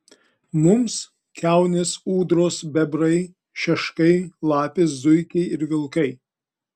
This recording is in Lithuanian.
mums kiaunės ūdros bebrai šeškai lapės zuikiai ir vilkai